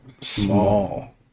small